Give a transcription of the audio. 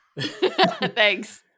thanks